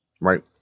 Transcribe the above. Right